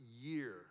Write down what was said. year